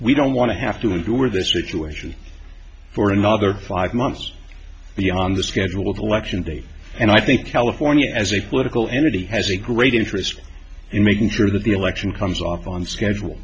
we don't want to have to endure this situation for another five months beyond the scheduled election date and i think california as a political entity has a great interest in making sure that the election comes off on schedule